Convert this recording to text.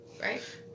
Right